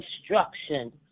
instruction